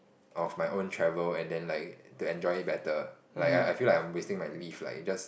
of my own travel and then like to enjoy it better like I feel like I am wasting my leave like just